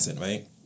Right